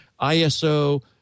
ISO